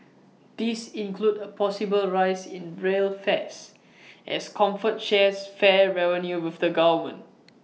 these include A possible rise in rail fares as comfort shares fare revenue with the government